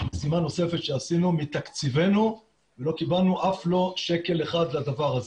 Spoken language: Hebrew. משימה נוספת שעשינו מתקציבנו ולא קיבלנו אף לא שקל אחד לדבר הזה.